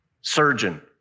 surgeon